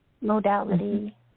modality